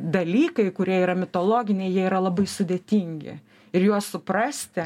dalykai kurie yra mitologiniai jie yra labai sudėtingi ir juos suprasti